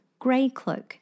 Greycloak